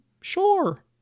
Sure